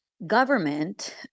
government